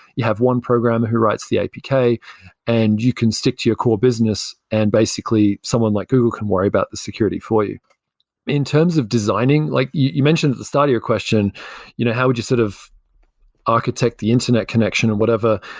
you have one programmer who writes the apk, and you can stick to your core business and basically someone like google can worry about the security for you in terms of designing, like you mentioned at the start of your question you know how would you sort of architect the internet connection and whatever,